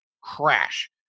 crash